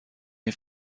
این